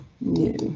New